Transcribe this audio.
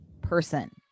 person